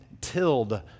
tilled